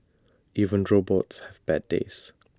even robots have bad days